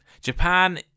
Japan